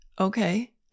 Okay